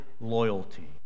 loyalty